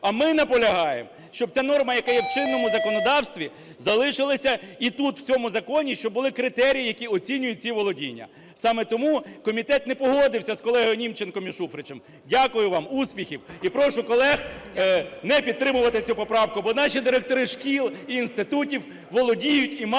А ми наполягаємо, щоб ця норма, яка є в чинному законодавстві, залишилася і тут, у цьому законі щоб були критерії, які оцінюють ці володіння. Саме тому комітет не погодився з колегою Німченком і Шуфричем. Дякую вам, успіхів! І прошу колег не підтримувати цю поправку, бо наші директори шкіл і інститутів володіють і мають